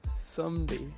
someday